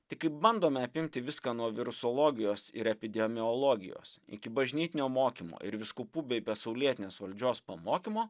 tai kai bandome apimti viską nuo virusologijos ir epidemiologijos iki bažnytinio mokymo ir vyskupų bei pasaulietinės valdžios pamokymo